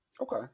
okay